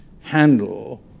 handle